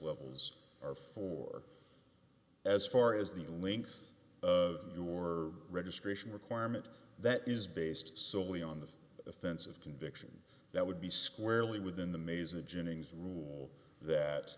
levels are for as far as the links of your registration requirement that is based solely on the offensive conviction that would be squarely within the maze of jennings rule that